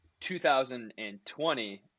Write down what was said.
2020